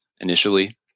initially